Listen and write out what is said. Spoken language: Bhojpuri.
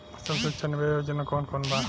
सबसे अच्छा निवेस योजना कोवन बा?